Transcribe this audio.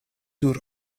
sur